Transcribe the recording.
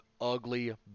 ugly